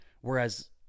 Whereas